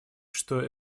что